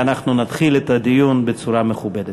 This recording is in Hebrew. ואנחנו נתחיל את הדיון בצורה מכובדת.